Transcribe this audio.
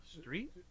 street